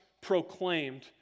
proclaimed